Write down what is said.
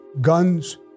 guns